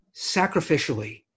sacrificially